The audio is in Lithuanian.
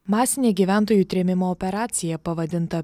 masinė gyventojų trėmimo operacija pavadinta